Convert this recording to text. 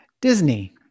Disney